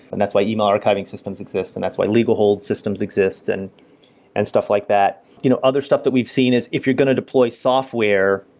and that's why yeah e-mail archiving systems exist and that's why legal hold systems exists and and stuff like that you know other stuff that we've seen is if you're going to deploy software,